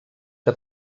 que